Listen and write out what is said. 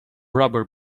rubber